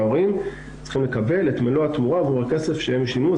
ההורים צריכים לקבל את מלוא התמורה עבור הכסף שהם שילמו,